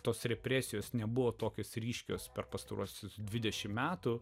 tos represijos nebuvo tokios ryškios per pastaruosius dvidešimt metų